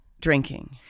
drinking